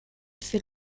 für